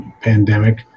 pandemic